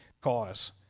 cause